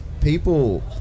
people